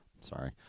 sorry